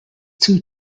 two